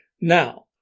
Now